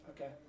okay